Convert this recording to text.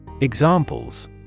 Examples